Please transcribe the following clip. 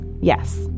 Yes